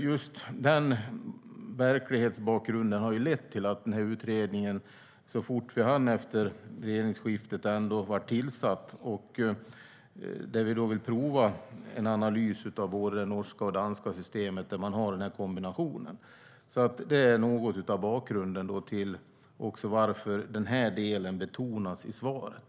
Just den verklighetsbakgrunden har lett till att den här utredningen ändå tillsattes så fort vi hann efter regeringsskiftet, och vi vill prova en analys av de norska och danska systemen där man har den här kombinationen. Det är något av bakgrunden till varför den här delen betonas i svaret.